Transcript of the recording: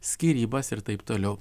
skyrybas ir taip toliau